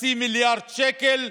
חצי מיליארד שקל,